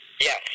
Yes